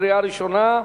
קריאה ראשונה.